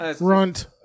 Runt